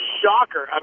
shocker